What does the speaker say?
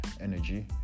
energy